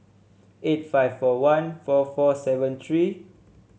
eight five four one four four seven three